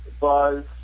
buzz